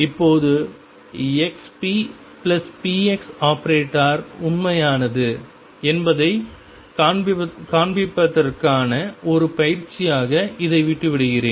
இப்போது ⟨xppx⟩ உண்மையானது என்பதைக் காண்பிப்பதற்கான ஒரு பயிற்சியாக இதை விட்டு விடுகிறேன்